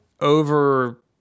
over